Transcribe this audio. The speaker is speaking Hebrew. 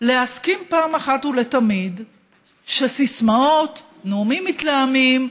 להסכים אחת ולתמיד שסיסמאות, נאומים מתלהמים,